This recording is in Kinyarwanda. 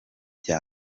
bya